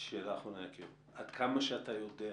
שאלה אחרונה: עד כמה שאתה יודע,